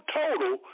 total